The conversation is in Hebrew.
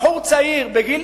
בחור צעיר בגיל